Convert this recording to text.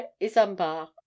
Isambard